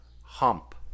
hump